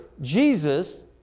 Jesus